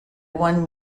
one